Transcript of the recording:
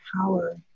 power